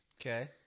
Okay